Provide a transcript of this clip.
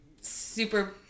super